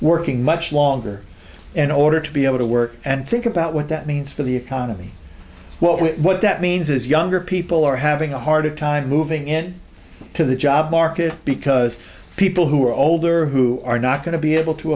working much longer in order to be able to work and think about what that means for the economy well what that means is younger people are having a harder time moving in to the job market because people who are older who are not going to be able to